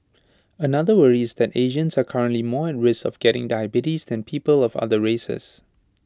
another worry is that Asians are currently more at risk of getting diabetes than people of other races